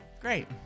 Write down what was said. Great